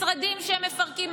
משרדים שהם מפרקים.